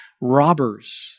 robbers